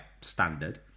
standard